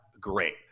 great